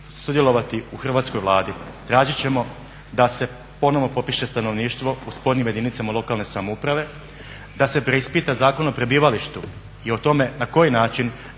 sudjelovati u Hrvatskoj vladi tražit ćemo da se ponovno popiše stanovništvo u spornim jedinicama lokalne samouprave, da se preispita Zakon o prebivalištu i o tome na koji način